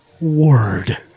Word